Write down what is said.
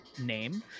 name